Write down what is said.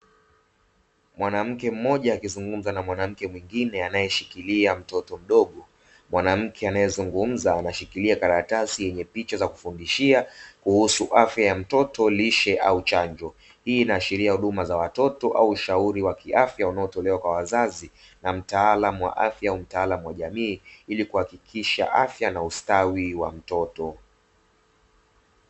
Mwanamke mmoja akizungumza na mwanamke mwingine anayeshikilia mtoto mdogo. Mwanamke anayezungumza anashikilia karatasi yenye picha za kufundishia kuhusu afya ya mtoto, lishe au chanjo. Hii inaashiria huduma za watoto au ushauri wa kiafya, unaotolewa kwa wazazi na mtaalamu wa afya au mtaalamu wa jamii, ili kuhakikisha afya na ustawi wa mtoto.